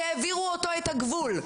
שהעבירו אותו את הגבול,